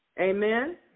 Amen